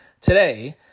today